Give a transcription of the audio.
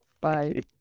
Bye